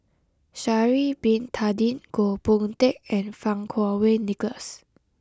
Sha'ari bin Tadin Goh Boon Teck and Fang Kuo Wei Nicholas